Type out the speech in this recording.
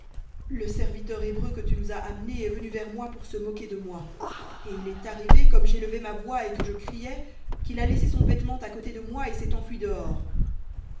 le serviteur hébreu que tu nous as amené est venu vers moi pour se moquer de moi et il est arrivé comme j'élevais ma voix et que je criais qu'il a laissé son vêtement à côté de moi et s'est enfui dehors